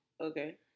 Okay